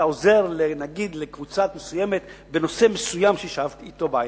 אתה עוזר לקבוצה מסוימת בנושא מסוים שיש אתו בעיה.